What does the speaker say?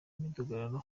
imidugararo